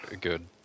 good